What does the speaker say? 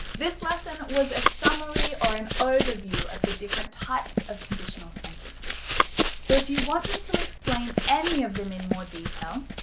this lesson was a summary or an overview of the different types of conditional sentences so if you want me to explain any of them in more detail,